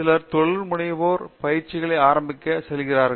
சிலர் தொழில் முனைவோர் முயற்சிகளை ஆரம்பிப்பதாக சொல்கிறார்கள்